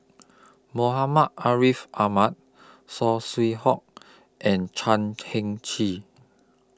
Muhammad Ariff Ahmad Saw Swee Hock and Chan Heng Chee